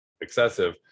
excessive